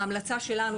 ההמלצה שלנו,